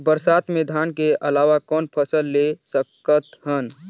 बरसात मे धान के अलावा कौन फसल ले सकत हन?